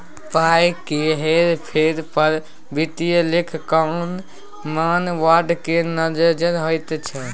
पाय केर हेर फेर पर वित्तीय लेखांकन मानक बोर्ड केर नजैर रहैत छै